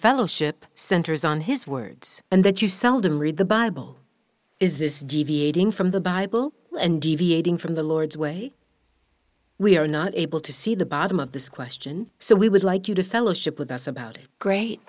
fellowship centers on his words and that you seldom read the bible is this deviating from the bible and deviating from the lord's way we are not able to see the bottom of this question so we would like you to fellowship with us about it great